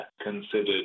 considered